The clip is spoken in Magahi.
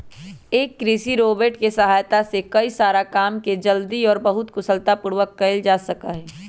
एक कृषि रोबोट के सहायता से कई सारा काम के जल्दी और बहुत कुशलता पूर्वक कइल जा सका हई